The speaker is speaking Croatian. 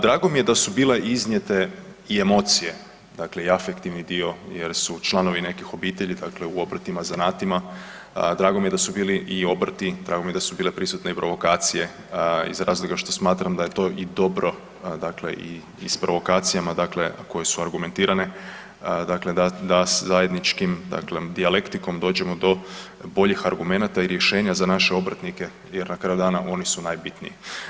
Drago mi je da su bile iznijete i emocije, dakle i afektivni dio jer su članovi nekih obitelji, dakle u obrtima, zanatima, drago mi je da su bili i obrti, drago mi je da su bile prisutne i provokacije iz razloga što smatram da je to i dobro dakle i s provokacijama, dakle koje su argumentirane, dakle da zajedničkom dijalektikom dođemo do boljih argumenata i rješenja za naše obrtnike jer na kraju dana, oni su najbitniji.